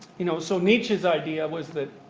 you know so nietzsche's idea was that